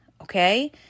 okay